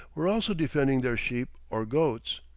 were also defending their sheep or goats.